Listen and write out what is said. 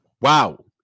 Wow